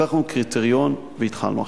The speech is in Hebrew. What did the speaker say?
לקחנו קריטריון והתחלנו.